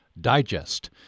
Digest